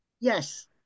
yes